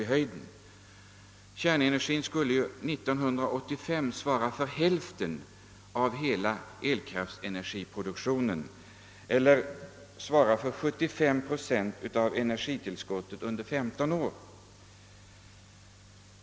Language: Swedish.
Kärnindustrin skulle enligt beräkningarna år 1985 svara för hälften av hela elkraftproduktionen eller 75 procent av energitillskottet under 15 år.